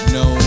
no